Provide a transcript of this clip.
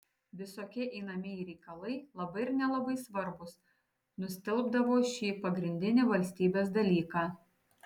visokie einamieji reikalai labai ir nelabai svarbūs nustelbdavo šį pagrindinį valstybės dalyką